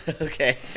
Okay